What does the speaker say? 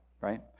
right